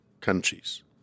countries